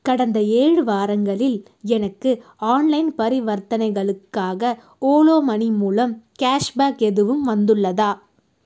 கடந்த ஏழு வாரங்களில் எனக்கு ஆன்லைன் பரிவர்த்தனைகளுக்காக ஓலோ மணி மூலம் கேஷ் பேக் எதுவும் வந்துள்ளதா